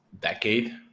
decade